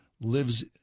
lives